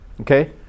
Okay